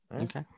Okay